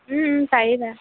পাৰিবা